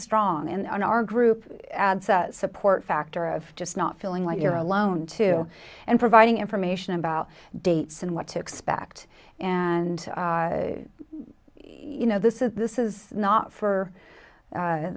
strong in our group support factor of just not feeling like you're alone too and providing information about dates and what to expect and you know this is this is not